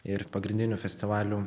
ir pagrindinių festivalių